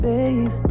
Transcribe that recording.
Babe